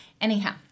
Anyhow